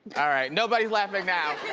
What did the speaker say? all right, nobody's laughing now.